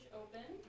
open